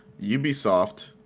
Ubisoft